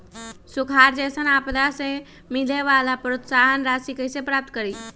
सुखार जैसन आपदा से मिले वाला प्रोत्साहन राशि कईसे प्राप्त करी?